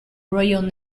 royal